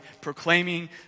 proclaiming